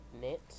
knit